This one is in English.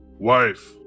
Wife